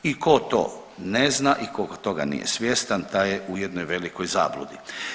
I tko to ne zna i tko toga nije svjestan taj je u jednoj velikoj zabludi.